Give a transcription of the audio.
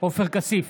עופר כסיף,